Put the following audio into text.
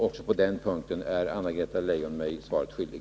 Också på den punkten är Anna-Greta Leijon mig svaret skyldig.